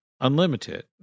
unlimited